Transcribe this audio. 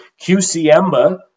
qcmba